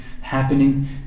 happening